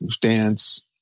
dance